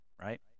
right